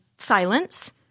Silence